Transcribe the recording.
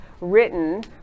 written